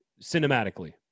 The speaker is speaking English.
cinematically